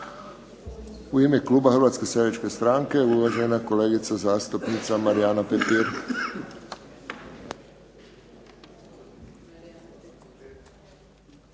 U ime kluba Hrvatske seljačke stranke uvažena kolegica zastupnica Marijana Petir.